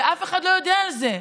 ואף אחד לא יודע על זה.